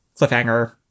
cliffhanger